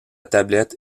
tablette